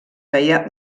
feia